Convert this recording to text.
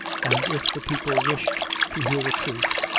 and if the people wished to hear a truth,